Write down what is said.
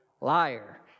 liar